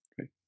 Okay